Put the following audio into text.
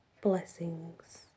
blessings